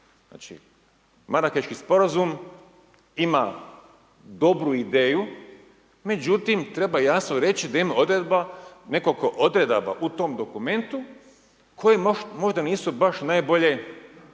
Znači, Marakeški Sporazum ima dobru ideju, međutim, treba jasno reći da ima odredba, nekoliko odredaba u tom dokumentu koje možda nisu baš najbolje